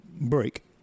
break